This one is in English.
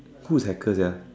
who is hacker sia